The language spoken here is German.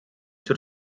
zur